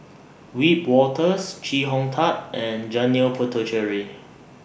Wiebe Wolters Chee Hong Tat and Janil Puthucheary